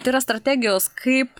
tai yra strategijos kaip